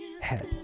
head